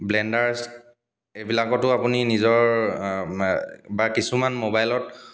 blenders এইবিলাকতো আপুনি নিজৰ বা কিছুমান মোবাইলত